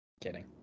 kidding